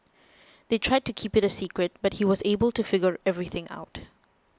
they tried to keep it a secret but he was able to figure everything out